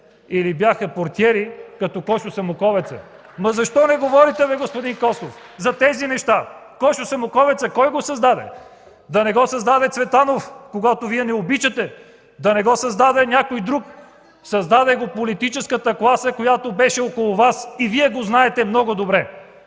или бяха портиери като Косьо Самоковеца. (Оживление.) Ама, защо не говорите бе, господин Костов, за тези неща!? Косьо Самоковеца кой го създаде? Да не го създаде Цветанов, когото Вие не обичате? Да не го създаде някой друг? Създаде го политическата класа, която беше около Вас и Вие го знаете много добре.